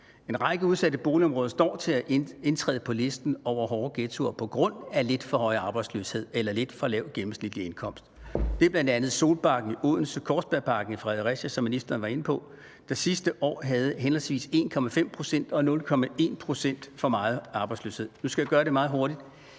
En række udsatte boligområder står til at indtræde på listen over hårde ghettoer på grund af lidt for høj arbejdsløshed eller lidt for lav gennemsnitlig indkomst. Det er bl.a. Solbakken i Odense og Korskærparken i Fredericia, som ministeren var inde på, der sidste år havde henholdsvis 1,5 pct. og 0,1 pct. for meget arbejdsløshed. Nu skal jeg gøre det meget hurtigt: